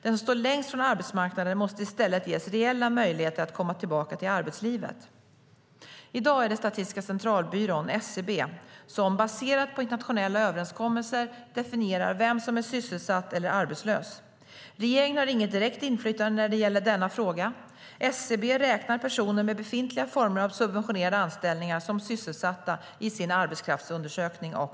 Den som står längst från arbetsmarknaden måste i stället ges reella möjligheter att komma tillbaka till arbetslivet. I dag definierar Statistiska centralbyrån, SCB, baserat på internationella överenskommelser, vem som är sysselsatt eller arbetslös. Regeringen har inget direkt inflytande när det gäller denna fråga. SCB räknar personer med befintliga former av subventionerade anställningar som sysselsatta i sin arbetskraftsundersökning, AKU.